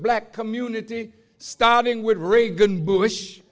black community starting with reagan bush